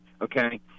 okay